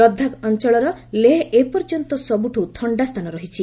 ଲଦାଖ୍ ଅଞ୍ଚଳର ଲେହ ଏପର୍ଯ୍ୟନ୍ତ ସବୁଠୁ ଥଣ୍ଡା ସ୍ଥାନ ରହିଛି